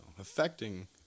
affecting